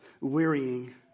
wearying